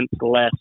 less